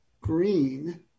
Green